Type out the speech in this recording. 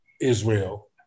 Israel